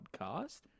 podcast